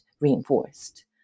reinforced